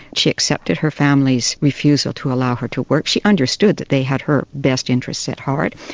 she accepted her family's refusal to allow her to work, she understood that they had her best interests at heart,